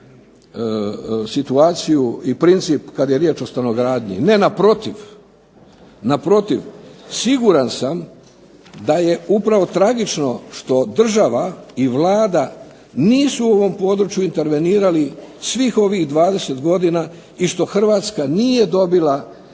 situaciju, i princip kada je riječ o stanogradnji, naprotiv. Siguran sam da je upravo tragično što država i Vlada nisu u ovom području intervenirali svih ovih 20 godina i što Hrvatska nije dobila